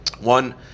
one